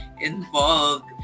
involved